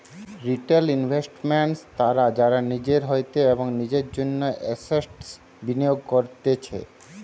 retail investors তারা যারা নিজের হইতে এবং নিজের জন্য এসেটস বিনিয়োগ করতিছে